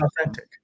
authentic